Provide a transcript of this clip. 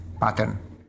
pattern